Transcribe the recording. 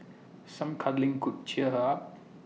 some cuddling could cheer her up